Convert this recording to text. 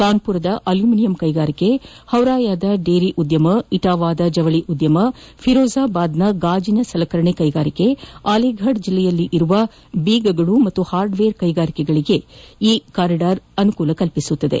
ಕಾನ್ಸುರದ aluminium ಕೈಗಾರಿಕೆ ಹೌರಾಯದ dairy ಉದ್ಯಮ ಇಟಾವಾದ ಜವಳಿ ಉದ್ಯಮ ಫಿರೋಜಾಬಾದ್ನ ಗಾಜಿನ ಸಲಕರಣೆ ಕೈಗಾರಿಕೆ ಅಲಿಫರ್ ಜಿಲ್ಲೆಯಲ್ಲಿರುವ ಬೀಗಗಳು ಮತ್ತು ಹಾರ್ಡ್ವೇರ್ ಮತ್ತಿತರ ಕೈಗಾರಿಕೆಗಳಿಗೆ ಈ ಕಾರಿಡಾರ್ ಅನುವು ಕಲ್ಪಿಸಲಿದೆ